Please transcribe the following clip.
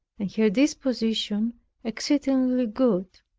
and her disposition exceedingly good.